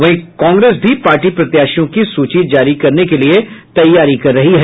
वहीं कांग्रेस भी पार्टी प्रत्याशियों के सूची को जारी करने के लिये तैयारी कर रही है